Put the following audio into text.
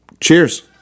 Cheers